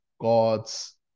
God's